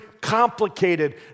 complicated